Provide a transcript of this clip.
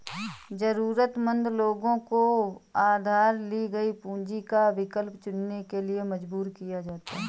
जरूरतमंद लोगों को उधार ली गई पूंजी का विकल्प चुनने के लिए मजबूर किया जाता है